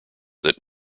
that